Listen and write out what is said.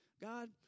God